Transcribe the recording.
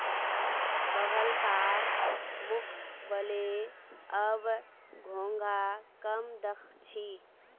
पहलकार मुकबले अब घोंघा कम दख छि